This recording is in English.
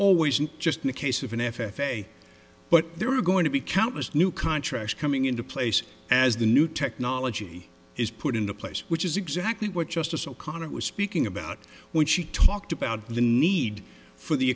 always and just in case of an f f a but there are going to be countless new contracts coming into place as the new technology is put into place which is exactly what justice o'connor was speaking about when she talked about the need for the